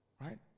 Right